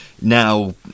now